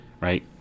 Right